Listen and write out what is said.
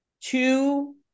two